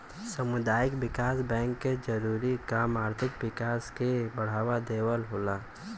सामुदायिक विकास बैंक के जरूरी काम आर्थिक विकास के बढ़ावा देवल होला